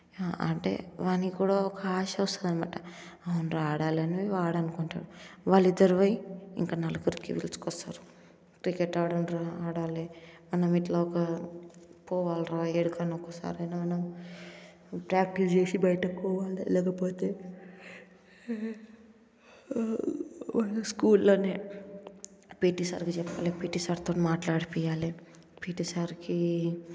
అంటే వానికి కూడా ఒక ఆశ వస్తుంది అనమాట ఆడాలని వాడు అనుకుంటాడు వాళ్ళు ఇద్దరు పోయి ఇంకా నలుగురికి పిలుచుకు వస్తారు క్రికెట్ ఆడేవాళ్ళు ఆడాలి మనమిట్లా ఒక పోవాలి రా ఎక్కడికైనా ఒకసారి అన్న ప్రాక్టీస్ చేసి బయటకు పోవాలి లేకపోతే మన స్కూల్లోనే పిటి సార్కి చెప్పి పిటి సార్తో మాట్లాడిపియాలి పిటి సార్కి